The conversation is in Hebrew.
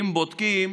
אם בודקים